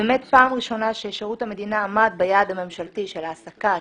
באמת בפעם ראשונה ששירות המדינה עמד ביעד הממשלתי של העסקת